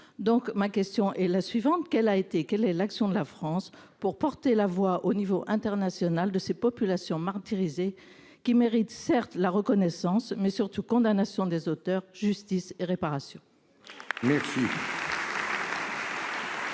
donc ma question est la suivante : quel a été, quelle est l'action de la France pour porter la voix au niveau international de ces populations martyrisées qui mérite, certes la reconnaissance mais surtout condamnation des auteurs, justice et réparation.